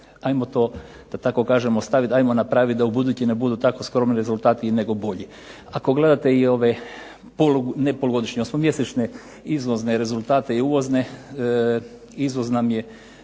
Ajmo to da kažemo ostaviti ajmo napraviti da ubuduće ne budu tako skromni rezultati nego bolji. Ako gledate i ove osmomjesečne izvozne rezultate i uvozne. Izvoz nam je